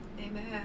Amen